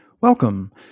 Welcome